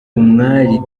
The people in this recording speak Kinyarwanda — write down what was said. umwali